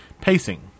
pacing